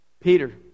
Peter